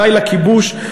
די לכיבוש,